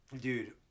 Dude